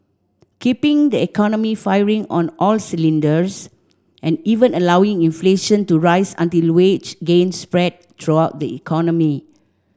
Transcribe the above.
keeping the economy firing on all cylinders and even allowing inflation to rise until wage gains spread throughout the economy